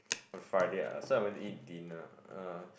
on Friday ah so I went to eat dinner uh